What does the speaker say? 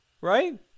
Right